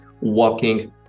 walking